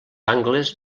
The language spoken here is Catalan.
angles